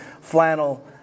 flannel